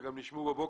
וגם נשמעו בבוקר,